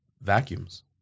vacuums